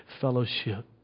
Fellowship